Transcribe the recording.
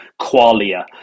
qualia